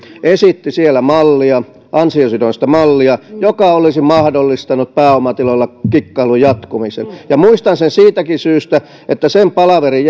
esitti siellä ansiosidonnaista mallia joka olisi mahdollistanut pääomatuloilla kikkailun jatkumisen ja muistan sen siitäkin syystä että sen palaverin